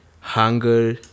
hunger